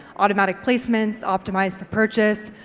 automatic placements, optimised for purchase,